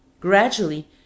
Gradually